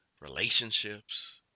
Relationships